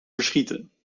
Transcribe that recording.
verschieten